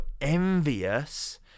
envious